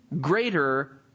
greater